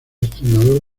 entrenador